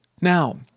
Now